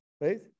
Right